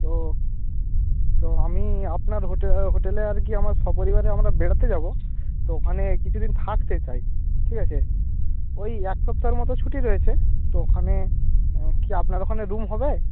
ও তো আমি আপনার হোটেলে আর কি আমার সপরিবারে আমরা বেড়াতে যাব তো ওখানে কিছু দিন থাকতে চাই ঠিক আছে ঐ এক সপ্তাহের মতো ছুটি রয়েছে তো ওখানে কি আপনার ওখানে রুম হবে